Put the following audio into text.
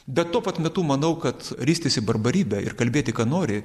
bet tuo pat metu manau kad ristis į barbarybę ir kalbėti ką nori